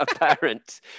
apparent